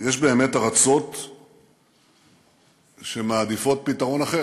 יש באמת ארצות שמעדיפות פתרון אחר,